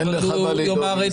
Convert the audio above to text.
אין לך מה לדאוג,